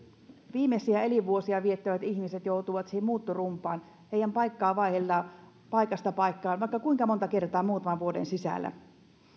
viimeisiä elinvuosiaan viettävät ihmiset joutuvat nykyään siihen muuttorumbaan heidän paikkaansa vaihdellaan paikasta toiseen vaikka kuinka monta kertaa muutaman vuoden sisällä